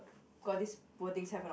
got this wordings have a lot